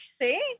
see